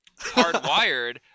Hardwired